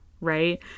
right